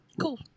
cool